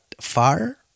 far